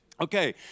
Okay